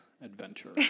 adventure